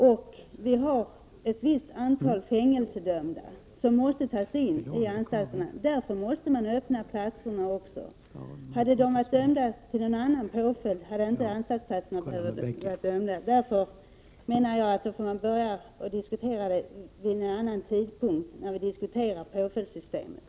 Det finns ett visst antal fängelsedömda, som måste tas in, och därför måste platserna öppnas. Hade de varit dömda till en annan påföljd, hade inte anstaltsplatserna behövts. Det är därför jag menar att det här får diskuteras vid en annan tidpunkt, i samband med påföljdssystemet.